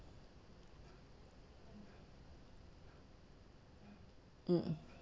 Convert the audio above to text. mm